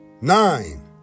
Nine